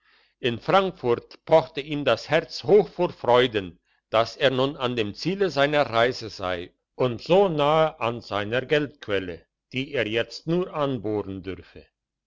in frankfurt pochte ihm das herz hoch vor freuden dass er nun an dem ziele seiner reise sei und so nahe an seiner geldquelle die er jetzt nur anbohren dürfe